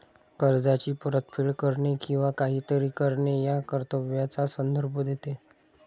कर्जाची परतफेड करणे किंवा काहीतरी करणे या कर्तव्याचा संदर्भ देते